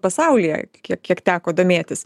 pasaulyje kiek kiek teko domėtis